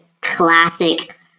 classic